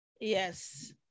yes